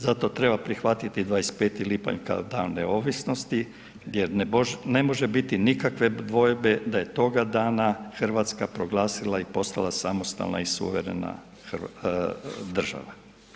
Zato treba prihvatiti 25. lipanj kao Dan neovisnosti jer ne može biti nikakve dvojbe da je toga dana Hrvatska proglasila i postala samostalna i suverena država.